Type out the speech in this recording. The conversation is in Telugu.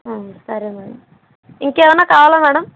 సరే మేడమ్ ఇంకేమన్నా కావాలా మేడమ్